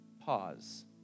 Pause